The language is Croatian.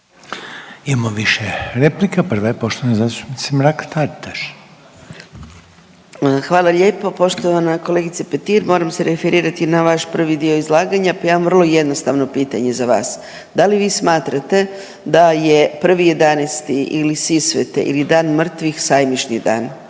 Imamo više replika, prva je poštovane zastupnice Mrak-Taritaš. **Mrak-Taritaš, Anka (GLAS)** Hvala lijepo poštovana kolegice Petir. Moram se referirati na vaš prvi dio izlaganja pa imam vrlo jednostavno pitanje za vas. Da li vi smatrate da je 1.11. ili Sisvete ili Dam mrtvih sajmišni dan?